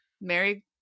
Mary